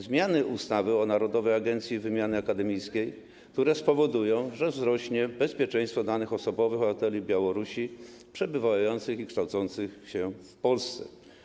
Zmiany w ustawie o Narodowej Agencji Wymiany Akademickiej spowodują, że wzrośnie bezpieczeństwo danych osobowych obywateli Białorusi przebywających i kształcących się w Polsce.